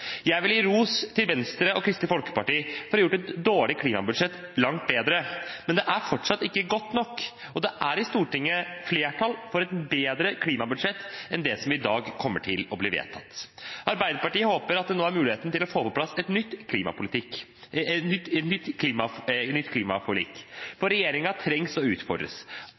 Jeg vil gi ros til Venstre og Kristelig Folkeparti for å ha gjort et dårlig klimabudsjett langt bedre, men det er fortsatt ikke godt nok, og det er flertall i Stortinget for et bedre klimabudsjett enn det som kommer til å bli vedtatt i dag. Arbeiderpartiet håper at det nå er mulighet til å få på plass et nytt